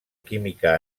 química